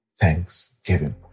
thanksgiving